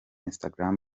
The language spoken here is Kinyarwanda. instagram